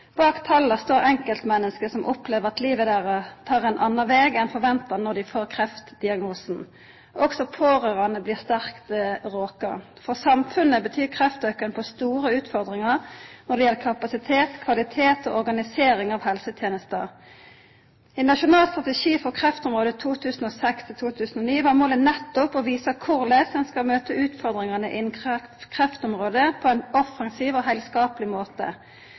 Bak tala står enkeltmenneske som opplever at livet deira tek ein annan veg enn forventa når dei får kreftdiagnosen. Også pårørande blir sterkt råka. For samfunnet byr kreftauken på store utfordringar når det gjeld kapasitet, kvalitet og organisering av helsetenesta. I Nasjonal strategi for kreftområdet 2006–2009 var målet nettopp å visa korleis ein skal møta utfordringane innan kreftområdet på ein offensiv og heilskapleg måte.